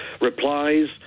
replies